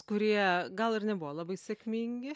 kurie gal ir nebuvo labai sėkmingi